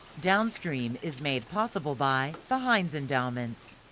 downstream is made possible by the heinz endowments.